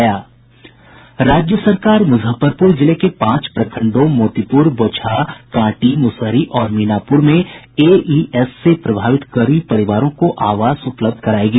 राज्य सरकार मुजफ्फरपूर जिले के पांच प्रखंडों मोतीपूर बोचहा कांटी मुसहरी और मीनापुर में एईएस से प्रभावित गरीब परिवारों को आवास उपलब्ध करायेगी